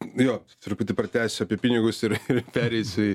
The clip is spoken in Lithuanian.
nu jo truputį pratęsiu apie pinigus ir ir pereisiu į